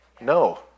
no